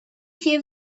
few